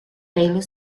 pale